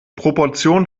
proportionen